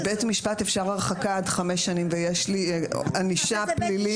בבית משפט הרי אפשר הרחקה עד חמש שנים ויש לי ענישה פלילית.